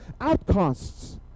outcasts